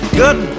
good